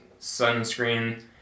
sunscreen